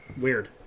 weird